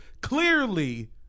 Clearly